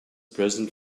present